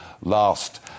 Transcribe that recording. last